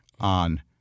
on